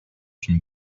une